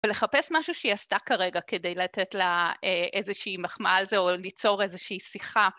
ולחפש משהו שהיא עשתה כרגע, כדי לתת לה איזושהי מחמאה על זה או ליצור איזושהי שיחה.